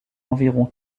environ